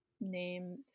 name